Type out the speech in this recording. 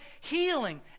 healing